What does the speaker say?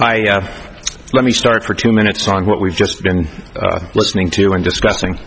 r let me start for two minutes on what we've just been listening to and discussing